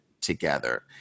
together